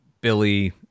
Billy